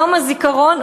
יום הזיכרון,